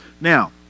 Now